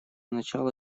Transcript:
начала